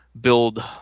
build